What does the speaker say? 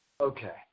Okay